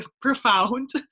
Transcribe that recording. profound